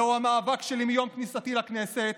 זהו המאבק שלי מיום כניסתי לכנסת,